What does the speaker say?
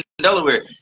Delaware